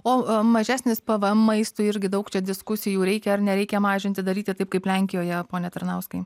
o mažesnis pvm maistui irgi daug diskusijų reikia ar nereikia mažinti daryti taip kaip lenkijoje pone tarnauskai